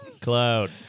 cloud